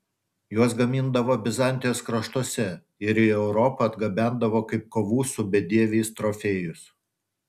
juos gamindavo bizantijos kraštuose ir į europą atgabendavo kaip kovų su bedieviais trofėjus